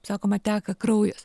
sakoma teka kraujas